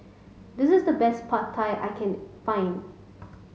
this is the best Pad Thai I can find